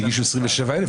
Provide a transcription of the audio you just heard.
שהגישו 27,000,